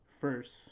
first